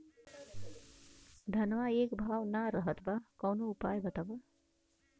धनवा एक भाव ना रेड़त बा कवनो उपाय बतावा?